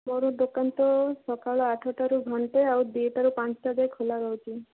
ମୋର ଦୋକାନ ତ ସକାଳ ଆଠଟାରୁ ଘଣ୍ଟେ ଆଉ ଦିଟାରୁ ପାଞ୍ଚଟା ଯାଏ ଖୋଲା ରହୁଛି